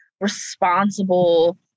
responsible